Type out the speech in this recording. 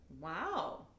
Wow